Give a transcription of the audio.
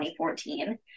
2014